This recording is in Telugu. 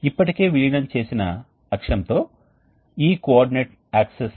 కాబట్టి ఇవి వేడిని నిల్వ చేయగల ప్రత్యేక పదార్థంతో తయారు చేయబడిన వాల్వ్ లను పొందారు